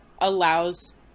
allows